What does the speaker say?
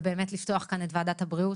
ובאמת לפתוח כאן את ועדת הבריאות.